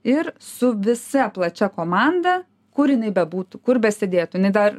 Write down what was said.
ir su visa plačia komanda kur jinai bebūtų kur besėdėtų jinai dar